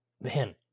Man